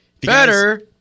Better